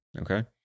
okay